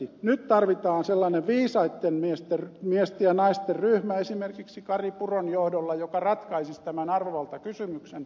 nyt tarvitaan sellainen viisaitten miesten ja naisten ryhmä esimerkiksi kari puron johdolla joka ratkaisisi tämän arvovaltakysymyksen